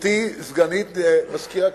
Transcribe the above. גברתי סגנית מזכיר הכנסת,